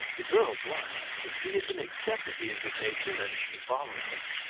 the girl blushed, the theatin accepted the invitation and she followed him,